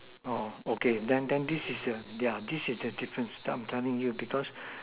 orh okay then then this is yeah yeah this is the difference I am telling you because